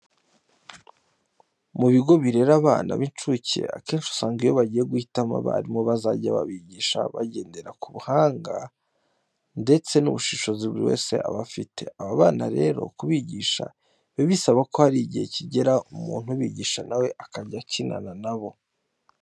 Mu bigo birera abana b'incuke akenshi usanga iyo bagiye guhitamo abarimu bazajya babigisha bagendera ku buhanga ndetse n'ubushobozi buri wese aba afite. Aba bana rero kubigisha biba bisaba ko hari igihe kigera umuntu ubigisha na we akajya akinana na bo.